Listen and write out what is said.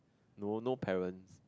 no no parents